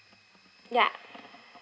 ya